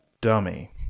dummy